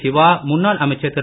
சிவா முன்னாள் அமைச்சர் திரு